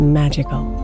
magical